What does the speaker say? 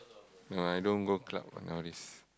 no I don't go club and all this